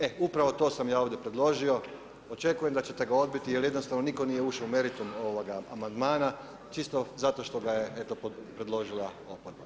E upravo to sam ja ovdje predložio, očekujem da ćete ga odbiti jel jednostavno nitko nije ušao u meritum ovoga amandmana čisto zato što ga je predložila oporba.